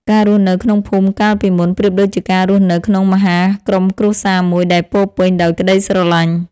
ការរស់នៅក្នុងភូមិកាលពីមុន ប្រៀបដូចជាការរស់នៅក្នុងមហាក្រុមគ្រួសារមួយដែលពោរពេញដោយក្តីស្រឡាញ់។